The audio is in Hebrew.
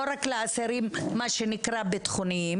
לא רק למה שנקרא אסירים בטחוניים